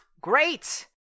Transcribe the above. great